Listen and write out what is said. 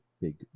big